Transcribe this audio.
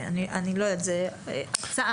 אני לא יודעת, זו הצעה.